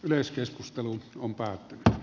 yleiskeskustelu on päätteitä